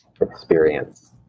experience